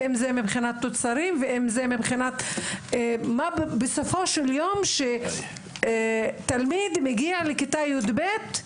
מבחינת תוצרים או מבחינת זה שבסופו של יום כשתלמיד מגיע לכיתה י"ב,